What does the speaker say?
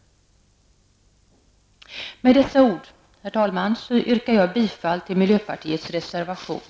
Med dessa ord, herr talman, yrkar jag bifall till miljöpartiets reservation.